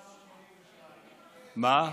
לקחת,